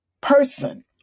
person